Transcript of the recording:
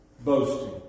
boasting